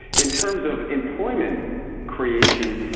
in terms of employment creation,